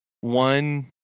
one